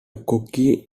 cocky